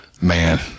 Man